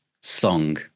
song